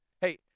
Hey